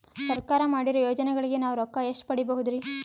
ಸರ್ಕಾರ ಮಾಡಿರೋ ಯೋಜನೆಗಳಿಗೆ ನಾವು ರೊಕ್ಕ ಎಷ್ಟು ಪಡೀಬಹುದುರಿ?